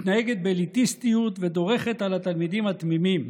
מתנהגת באליטיסטיות ודורכת על התלמידים התמימים.